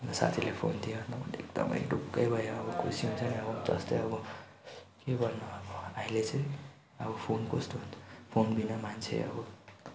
साथीले फोन दियो अन्त म एकदमै ढुक्कै भएँ अब खुसी हुन्छ नि अब जस्तै अब के भन्नु अब अहिले चाहिँ फोन कस्तो हुन्छ फोनबिना मान्छे